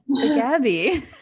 Gabby